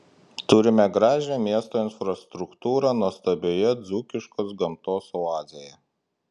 turime gražią miesto infrastruktūrą nuostabioje dzūkiškos gamtos oazėje